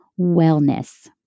wellness